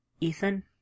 Ethan